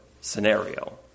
scenario